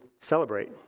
celebrate